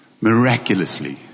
miraculously